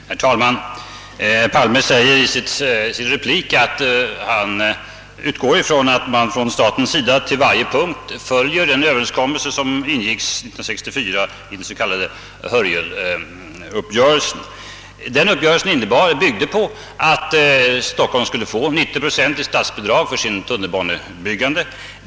Herr talman! Herr Palme säger i sin replik att han utgår från att staten till punkt och pricka följer den överenskommelse som ingicks 1964, den s.k. Hörjeluppgörelsen. Den uppgörelsen byggde på att Stockholm skulle få 90 procent i statsbidrag för sitt tunnelbanebyggande.